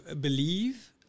believe